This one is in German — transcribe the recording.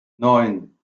neun